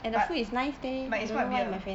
but but is what beer